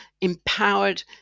empowered